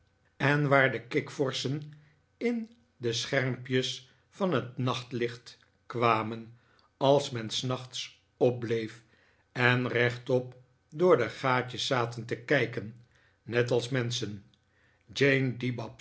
en waar de kikvorschen in de schermpjes van het nachtlicht kwamen als men s nachts opbleef en rechtop door de gaatjes zaten te kijken net als menschen jane dibabs